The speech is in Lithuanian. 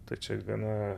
tačiau gana